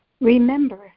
Remember